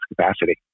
capacity